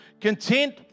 content